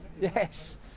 yes